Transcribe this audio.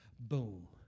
Boom